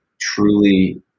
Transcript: truly